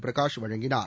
பிரகாஷ் வழங்கினார்